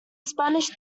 spanish